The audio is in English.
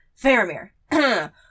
Faramir